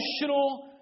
emotional